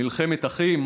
מלחמת אחים?